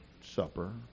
supper